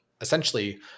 essentially